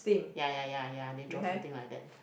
ya ya ya ya they draw something like that